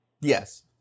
Yes